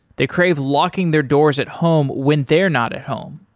they crave locking their doors at home when they're not at home.